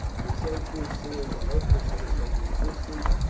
the sentries, seeing the hopelessness of resistance,